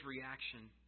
reaction